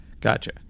Gotcha